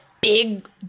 big